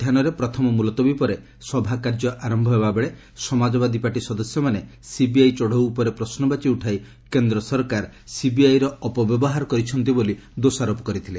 ମଧ୍ୟାହୁରେ ପ୍ରଥମ ମୁଲତବୀ ପରେ ସଭା କାର୍ଯ୍ୟ ଆରମ୍ଭ ହେବା ବେଳେ ସମାଜବାଦୀ ପାର୍ଟି ସଦସ୍ୟମାନେ ସିବିଆଇ ଚଢ଼ଉ ଉପରେ ପ୍ରଶ୍ନବାଚୀ ଉଠାଇ କେନ୍ଦ୍ର ସରକାର ସିବିଆଇର ଅପବ୍ୟବହାର କରିଛନ୍ତି ବୋଲି ଦୋଷାରୋପ କରିଥିଲେ